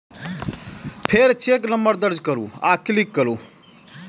फेर cheque number दर्ज करू आ क्लिक करू